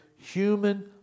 human